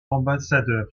ambassadeurs